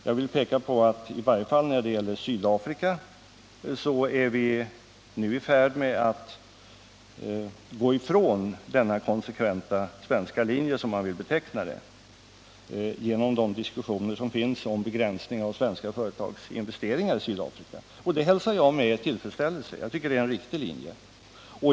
Jag vill peka på att i varje fall när det gäller Sydafrika är vi nu i färd med att gå ifrån denna konsekventa svenska linje, som utrikesministern vill beteckna den, genom de diskussioner som förs om begränsning av svenska företags investeringar i Sydafrika. Det hälsar jag med tillfredsställelse. Jag tycker att det är en riktig linje.